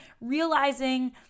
realizing